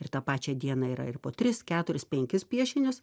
ir tą pačią dieną yra ir po tris keturis penkis piešinius